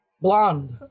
blonde